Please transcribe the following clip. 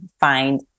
find